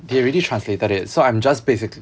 they already translated it so I'm just basically